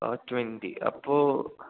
ഓ twenty അപ്പോള്